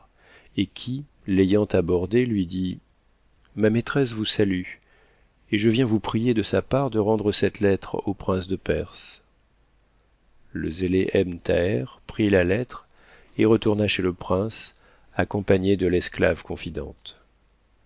et qui l'ayant abordé lui dit ma maîtresse vous salue et je viens vous prier de sa part de rendre cette lettre au prince de perse le zélé ebn thaher prit la lettre et retourna chez le prince accompagné de l'esclave confidente